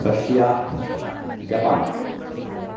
Russia Japan